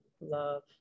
love